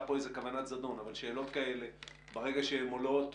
כאן כוונת זדון ברגע שהן עולות,